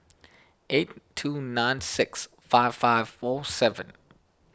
eight two nine six five five four seven